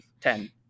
ten